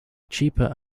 cheaper